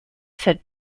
said